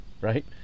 right